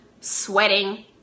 sweating